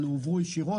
אבל ניתנו ישירות.